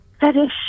fetish